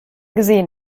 gesehen